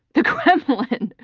the kremlin.